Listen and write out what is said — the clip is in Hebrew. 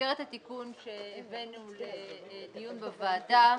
במסגרת התיקון שהבאנו לדיון בוועדה,